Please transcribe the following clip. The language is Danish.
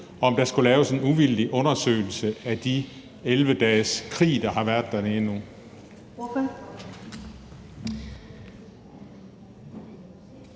om der skulle laves en uvildig undersøgelse af de 11 dages krig, der har været dernede nu?